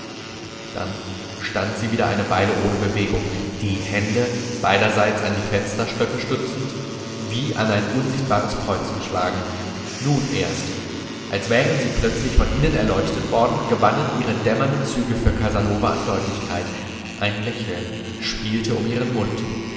dann stand sie wieder eine weile ohne bewegung die hände beiderseits an die fensterstöcke stützend wie an ein unsichtbares kreuz geschlagen nun erst als wären sie plötzlich von innen erleuchtet worden gewannen ihre dämmernden züge für casanova an deutlichkeit ein lächeln spielte um ihren mund